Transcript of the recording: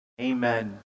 Amen